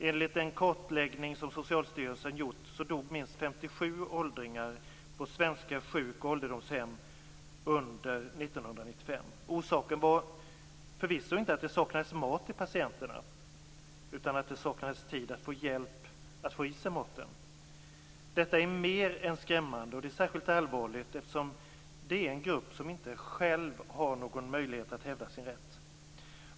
Enligt en kartläggning som Socialstyrelsen har gjort dog minst 57 1995. Orsaken var förvisso inte att det saknades mat till patienterna, utan att det saknades tid att hjälpa dem att få i sig maten. Detta är mer än skrämmande, och det är särskilt allvarligt eftersom det gäller en grupp som inte själv har någon möjlighet att hävda sin rätt.